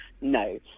no